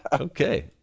Okay